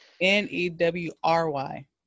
n-e-w-r-y